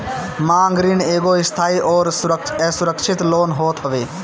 मांग ऋण एगो अस्थाई अउरी असुरक्षित लोन होत हवे